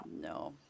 No